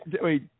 wait